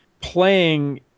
playing